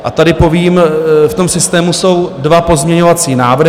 A tady povím, v tom systému jsou dva pozměňovací návrhy...